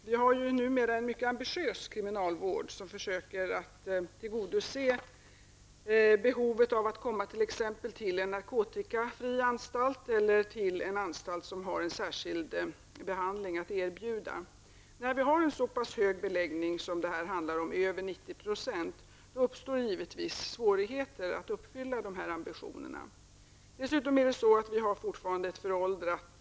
Vi har numera en mycket ambitiös kriminalvård, som försöker tillgodose exempelvis behovet av att få komma till en narkotikafri anstalt eller till en anstalt som har en särskild behandling att erbjuda. När vi har en så pass hög beläggning som det här är fråga om -- över 90 %-- uppstår givetvis svårigheter när det gäller att uppfylla dessa ambitioner.